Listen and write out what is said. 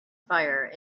fire